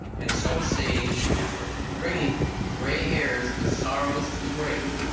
and so saves effort. bringing gray hairs with sorrow to the grave,